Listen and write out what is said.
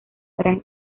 gran